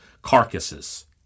Carcasses